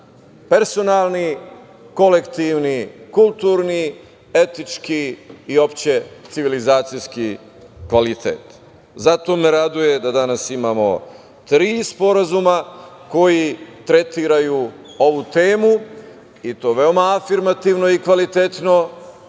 personalni kolektivni, kulturni, etički i uopšte civilizacijski kvalitet i zato me raduje da danas imamo tri sporazuma koji tretiraju ovu temu, i to veoma afirmativno i kvalitetno,